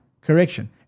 correction